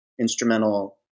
instrumental